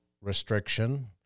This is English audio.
restriction